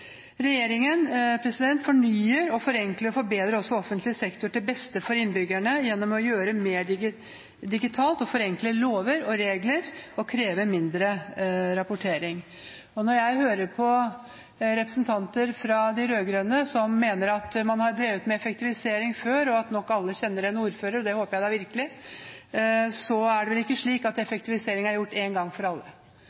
Regjeringen fornyer, forenkler og forbedrer også offentlig sektor til beste for innbyggerne gjennom å gjøre mer digitalt, forenkle lover og regler og kreve mindre rapportering. Når jeg hører på representanter fra de rød-grønne, som mener at man har drevet med effektivisering før, og at nok alle kjenner en ordfører – og det håper jeg da virkelig – må jeg si at det er vel ikke slik at